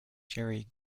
jerry